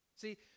See